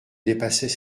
dépassait